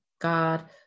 God